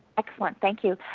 excellent, thank you.